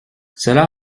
cela